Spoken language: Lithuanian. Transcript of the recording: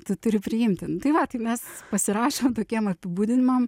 tu turi priimti nu tai va tai mes pasirašom tokiem apibūdinimam